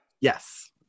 yes